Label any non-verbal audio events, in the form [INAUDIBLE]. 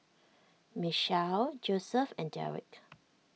Michaele Joseph and Darrick [NOISE]